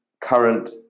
Current